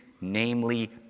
namely